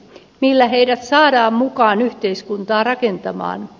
millä heidät saadaan mukaan yhteiskuntaa rakentamaan